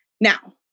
Now